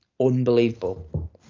unbelievable